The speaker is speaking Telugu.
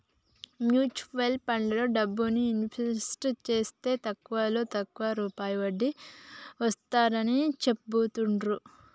మ్యూచువల్ ఫండ్లలో డబ్బుని ఇన్వెస్ట్ జేస్తే తక్కువలో తక్కువ రూపాయి వడ్డీ వస్తాడని చెబుతాండ్రు